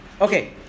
Okay